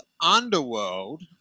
Underworld